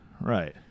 Right